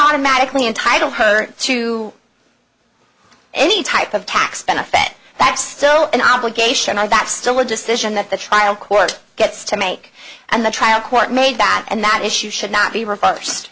automatically entitle her to any type of tax benefit that's still an obligation i that's still a decision that the trial court gets to make and the trial court made that and that issue should not be reverse